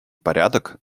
порядок